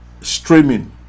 streaming